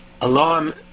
alarm